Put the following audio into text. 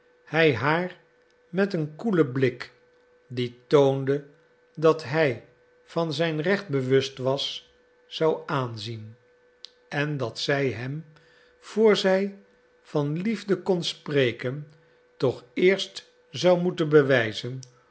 hij haar met een koelen blik die toonde dat hij van zijn recht bewust was zou aanzien en dat zij hem voor zij van liefde kon spreken toch eerst zou moeten bewijzen